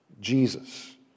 Jesus